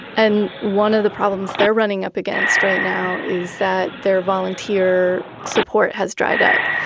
and one of the problems they're running up against right now is that their volunteer support has dried up.